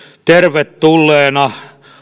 tervetulleena